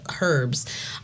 herbs